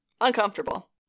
Uncomfortable